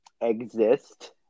exist